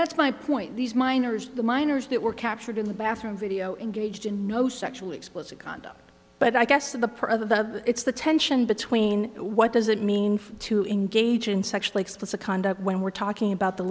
that's my point these miners the miners that were captured in the bathroom video engaged in no sexually explicit conduct but i guess the part of the it's the tension between what does it mean to engage in sexually explicit conduct when we're talking about the